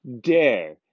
dare